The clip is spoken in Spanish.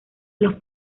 los